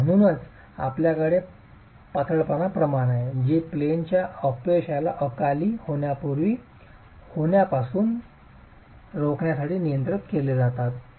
आणि म्हणूनच आपल्याकडे पातळपणा प्रमाण आहे जे प्लेनच्या अपयशाला अकाली होण्यापासून रोखण्यासाठी नियंत्रित केले जातात